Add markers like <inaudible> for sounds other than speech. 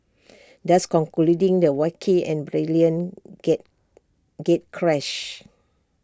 <noise> thus concluding the wacky and brilliant gate gatecrash